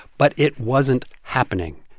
but it wasn't happening.